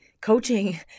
coaching